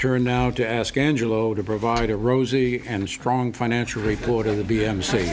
turn now to ask angelo to provide a rosy and strong financial report in the b m